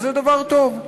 וזה דבר טוב.